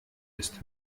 ist